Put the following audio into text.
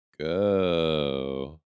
go